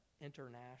international